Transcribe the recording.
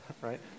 right